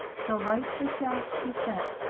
so right the shaft he sett,